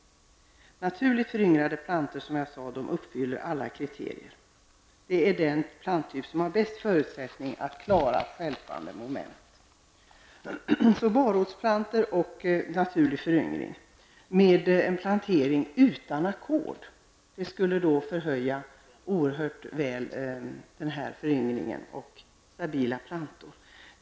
Naturligt föryngrade plantor uppfyller alla kriterier. Det är den planttyp som har bäst förutsättning att klara stjälpande moment. Barrotsplantor och naturlig föryngring med en plantering utan ackord skulle oerhört väl förhöja denna föryngring och ge stabila plantor.